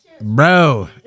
Bro